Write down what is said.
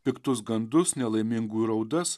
piktus gandus nelaimingųjų raudas